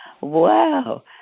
wow